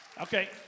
Okay